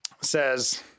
says